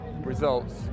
results